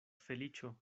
feliĉo